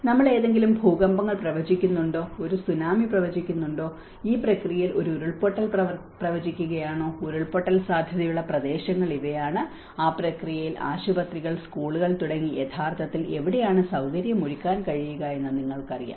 നമ്മൾ ഏതെങ്കിലും ഭൂകമ്പങ്ങൾ പ്രവചിക്കുന്നുണ്ടോ ഒരു സുനാമി പ്രവചിക്കുന്നുണ്ടോ ഈ പ്രക്രിയയിൽ ഒരു ഉരുൾപൊട്ടൽ പ്രവചിക്കുകയാണോ ഉരുൾപൊട്ടൽ സാധ്യതയുള്ള പ്രദേശങ്ങൾ ഇവയാണ് ആ പ്രക്രിയയിൽ ആശുപത്രികൾ സ്കൂളുകൾ തുടങ്ങി യഥാർത്ഥത്തിൽ എവിടെയാണ് സൌകര്യമൊരുക്കാൻ കഴിയുക എന്ന് നിങ്ങൾക്കറിയാം